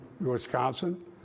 Wisconsin